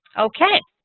okay.